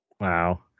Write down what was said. Wow